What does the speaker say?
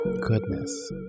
Goodness